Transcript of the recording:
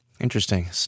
Interesting